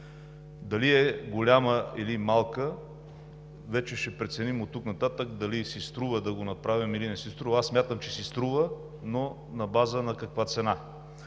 Дали е голяма или малка, вече ще преценим оттук нататък дали си струва да го направим, или не си струва. Аз смятам, че си струва, но на база на каква цена?